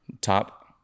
top